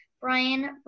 Brian